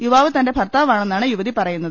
യുവാവ് തന്റെ ഭർത്താവാണെന്നാണ് യുവതി പറയുന്നത്